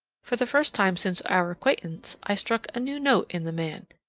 for the first time since our acquaintance i struck a new note in the man.